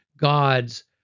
God's